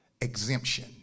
Exemption